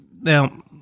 Now